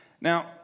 Now